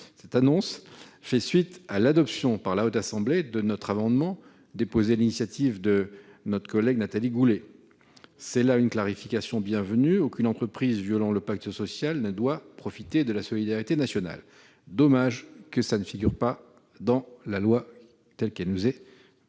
Cela faisait suite à l'adoption par la Haute Assemblée de notre amendement, déposé sur l'initiative de notre collègue Nathalie Goulet. C'est là une clarification bienvenue : aucune entreprise violant le pacte social ne doit profiter de la solidarité nationale. Dommage que cette disposition ne figure pas dans les